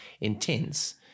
intense